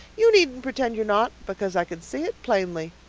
you needn't pretend you're not, because i can see it plainly.